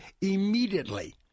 immediately